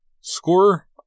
Score